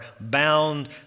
bound